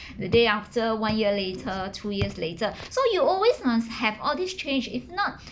the day after one year later two years later so you always must have all these change if not